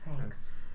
Thanks